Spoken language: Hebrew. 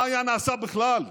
מה היה נעשה בכלל?